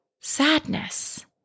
sadness